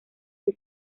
del